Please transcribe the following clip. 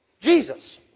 Jesus